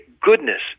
goodness